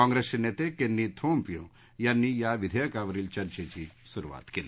काँग्रेसचे नेते केन्ही थौम्व्य यांनी या विधेयकावरील चर्चेची सुरुवात केली